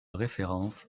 référence